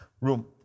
room